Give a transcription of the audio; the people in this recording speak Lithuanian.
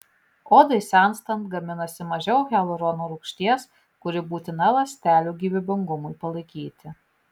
odai senstant gaminasi mažiau hialurono rūgšties kuri būtina ląstelių gyvybingumui palaikyti